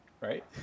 right